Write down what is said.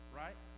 right